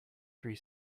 three